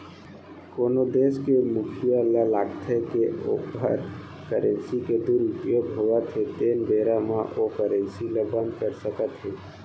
कोनो देस के मुखिया ल लागथे के ओखर करेंसी के दुरूपयोग होवत हे तेन बेरा म ओ करेंसी ल बंद कर सकत हे